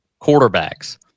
quarterbacks